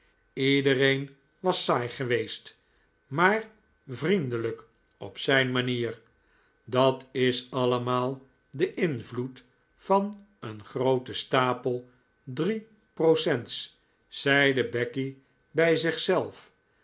iedereen was saai geweest maar vriendelijk op zijn manier dat is allemaal de invloed van een grooten stapel drie procents zeide becky bij